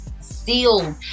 sealed